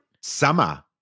summer